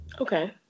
okay